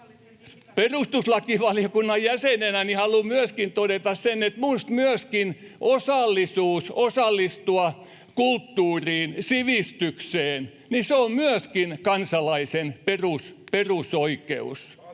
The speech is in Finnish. Perustuslakivaliokunnan jäsenenä haluan myöskin todeta sen, että myöskin osallisuus, osallistuminen kulttuuriin ja sivistykseen, on kansalaisen perusoikeus,